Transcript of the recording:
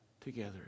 together